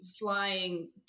flying